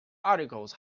articles